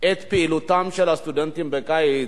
את פעילותם של הסטודנטים בקיץ,